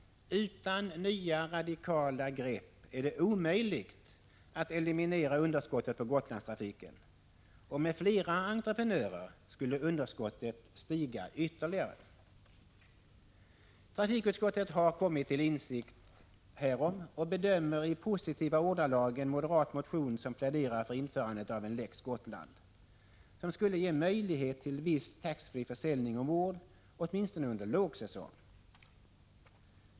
Utan nya radikala grepp är det omöjligt att eliminera underskottet på Gotlandstrafiken, och med flera entreprenörer skulle underskottet öka ytterligare. Trafikutskottet har kommit till insikt härom och bedömer i positiva ordalag en moderat motion som pläderar för införandet av en lex Gotland, som skulle ge möjlighet till viss tax-freeförsäljning ombord åtminstone under lågsäsong.